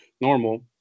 normal